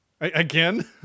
Again